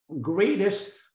greatest